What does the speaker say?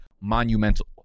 monumental